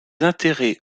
intérêts